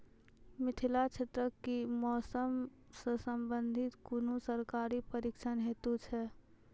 मिथिला क्षेत्रक कि मौसम से संबंधित कुनू सरकारी प्रशिक्षण हेतु छै?